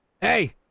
Hey